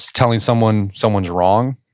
telling someone someone's wrong,